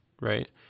right